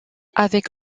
avec